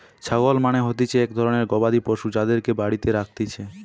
ছাগল মানে হতিছে এক ধরণের গবাদি পশু যাদেরকে বাড়িতে রাখতিছে